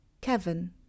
Kevin